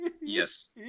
Yes